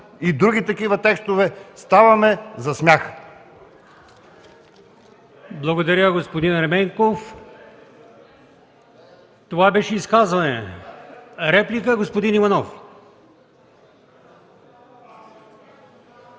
и други такива текстове. Ставаме за смях.